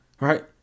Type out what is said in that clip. right